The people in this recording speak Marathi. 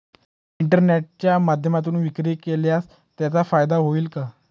इंटरनेटच्या माध्यमातून विक्री केल्यास त्याचा फायदा होईल का?